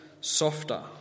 softer